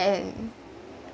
and